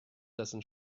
dessen